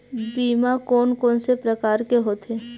बीमा कोन कोन से प्रकार के होथे?